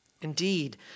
Indeed